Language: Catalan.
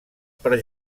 per